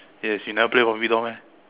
yes you never play barbie doll meh